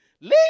Leave